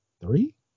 three